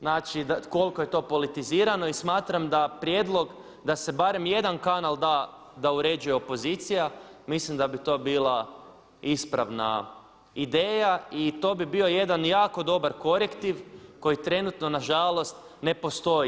Znači koliko je to politizirano i smatram da prijedlog da se barem jedan kanal da uređuje opozicija mislim da bi to bila ispravna ideja i to bi bio jedan jako dobar korektiv koji trenutno nažalost ne postoji.